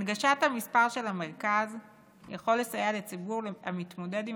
הנגשת המספר של המרכז יכולה לסייע לציבור המתמודד עם